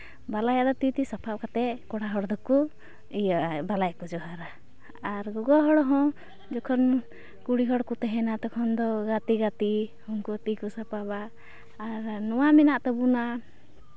ᱵᱟᱞᱟᱭᱟ ᱫᱚ ᱛᱤᱼᱛᱤ ᱥᱟᱯᱟᱵ ᱠᱟᱛᱮᱫ ᱠᱚᱲᱟ ᱦᱚᱲ ᱫᱚᱠᱚ ᱤᱭᱟᱹᱜᱼᱟ ᱵᱟᱞᱟᱭᱟ ᱠᱚ ᱡᱚᱦᱟᱨᱟ ᱟᱨ ᱜᱚᱜᱚ ᱦᱚᱲ ᱦᱚᱸ ᱡᱚᱠᱷᱚᱱ ᱠᱩᱲᱤ ᱦᱚᱲ ᱠᱚ ᱛᱮᱦᱮᱱᱟ ᱛᱚᱠᱷᱚᱱ ᱫᱚ ᱜᱟᱛᱮ ᱜᱟᱛᱮ ᱩᱱᱠᱩ ᱛᱤᱠᱚ ᱥᱟᱯᱟᱵᱟ ᱟᱨ ᱱᱚᱣᱟ ᱢᱮᱱᱟᱜ ᱛᱟᱵᱚᱱᱟ